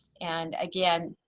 and again,